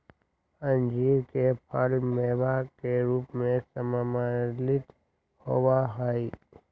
अंजीर के फल मेवा के रूप में सम्मिलित होबा हई